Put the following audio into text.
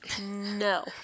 No